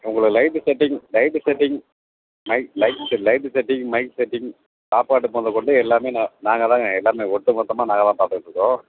உங்களுக்கு setting light setting mic light light setting mic setting சாப்பாடு முதக் கொண்டு எல்லாமே நான் நாங்கள் தாங்க எல்லாமே ஒட்டு மொத்தமாக நாங்கள் தான் பார்த்துட்ருக்கோம்